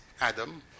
Adam